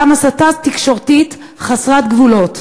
גם הסתה תקשורתית חסרת גבולות.